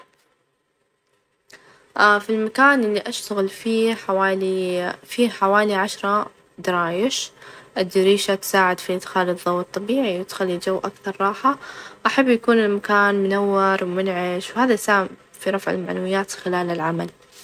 أ في المكان اللي أشتغل -فيه حوالي- فيه حوالي عشرة درايش، الدريشة تساعد في إدخال الظوء الطبيعي، وتخلى الجو أكثر راحة ،أحب يكون المكان منور، ومنعش، وهذا يساهم في رفع المعنويات خلال العمل.